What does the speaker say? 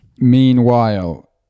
Meanwhile